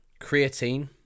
creatine